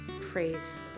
Praise